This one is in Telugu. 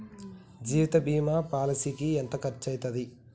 జీవిత బీమా పాలసీకి ఎంత ఖర్చయితది?